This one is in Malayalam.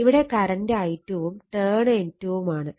ഇവിടെ കറണ്ട് I2 വും ടേൺ N2 ഉം ആണ്